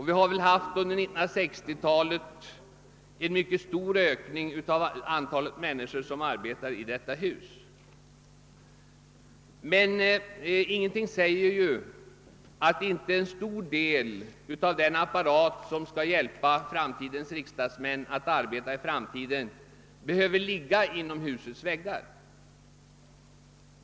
Vi har under 1960-talet haft en mycket stor ökning av antalet människor som arbetar i detta hus. Men det är ingenting som säger att inte en stor del av den apparat som skall hjälpa riksdagsmännen att arbeta i framtiden kan finnas utanför husets väggar.